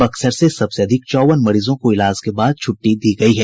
बक्सर से सबसे अधिक चौबन मरीजों को इलाज के बाद छूट्टी दी गयी है